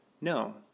no